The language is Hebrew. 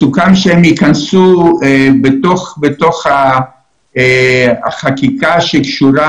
סוכם שהם ייכנסו בתוך החקיקה שקשורה